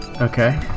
Okay